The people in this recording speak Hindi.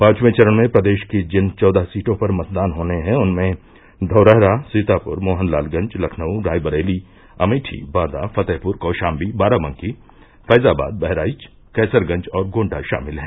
पांचवें चरण में प्रदेश की जिन चौदह सीटों पर मतदान होने हैं उनमें धौरहरा सीतापुर मोहनलालगंज लखनऊ रायबरेली अमेठी बांदा फतेहपुर कौशाम्बी बाराबंकी फैजाबाद बहराइच कैसरगंज और गोण्डा शामिल हैं